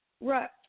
Right